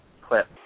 clip